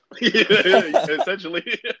essentially